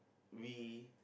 we